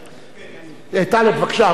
טלב, בבקשה.